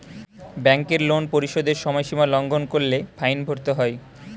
ব্যাংকের লোন পরিশোধের সময়সীমা লঙ্ঘন করলে ফাইন ভরতে হয়